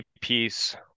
piece